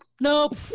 Nope